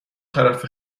طرف